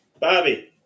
Bobby